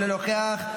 אינו נוכח,